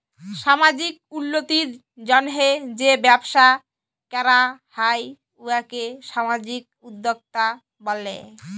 সামাজিক উল্লতির জ্যনহে যে ব্যবসা ক্যরা হ্যয় উয়াকে সামাজিক উদ্যোক্তা ব্যলে